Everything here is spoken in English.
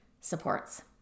supports